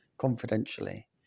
confidentially